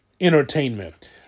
entertainment